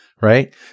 right